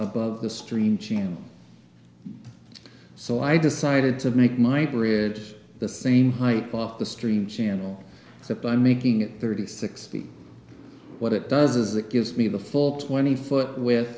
above the stream channel so i decided to make my bridge the same height off the stream channel that by making it thirty six feet what it does is it gives me the full twenty foot with